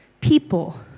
people